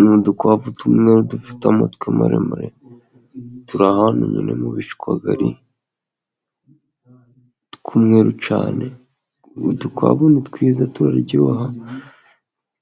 Ni udukwavu tumwe dufite amatwi maremare, turi ahantu nyine mu bishwagari tw'umweru cyane, udukwavu ni twiza turaryoha